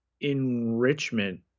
enrichment